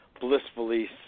blissfully